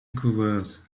covers